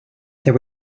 there